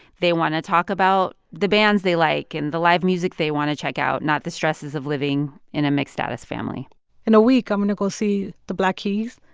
they want to talk about the bands they like and the live music they want to check out, not the stresses of living in a mixed-status family in a week, i'm going to go see the black keys,